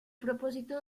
propósito